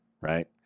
right